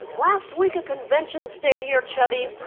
last week, a convention stayed here, chevy,